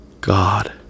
God